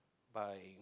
by